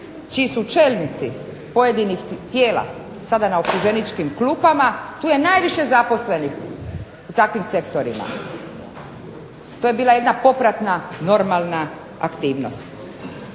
čiji su čelnici pojedinih tijela sada na optuženičkim klupama. Tu je najviše zaposlenih u takvim sektorima. To je bila jedna popratna, normalna aktivnost.